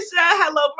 Hello